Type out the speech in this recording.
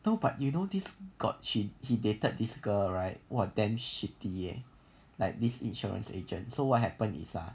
no but you know this got she he dated this girl right !wah! damn shitty leh like this insurance agent so what happen is ah